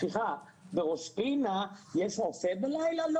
סליחה בראש פינה יש רופא בלילה?